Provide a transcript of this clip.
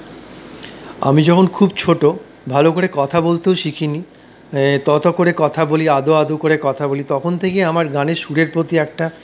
আমি যখন খুব ছোট ভালো করে কথা বলতেও শিখিনি ত ত করে কথা বলি আদো আদো করে কথা বলি তখন থেকেই আমার গানের সুরের প্রতি একটা